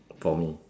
for me